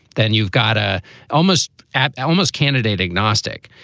then you've got a almost at elmos candidate agnostic.